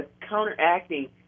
counteracting